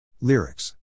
Lyrics